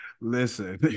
Listen